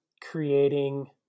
creating